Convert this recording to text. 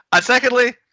secondly